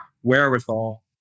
wherewithal